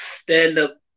stand-up